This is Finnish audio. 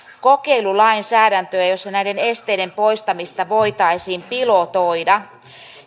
kokeilulainsäädäntöä jossa näiden esteiden poistamista voitaisiin pilotoida